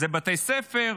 בתי ספר,